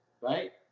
right